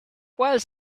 was